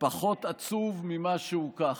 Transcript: פחות עצוב ממה שהוא ככה".